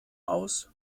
aus